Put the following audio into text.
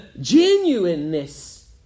genuineness